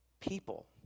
People